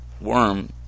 worm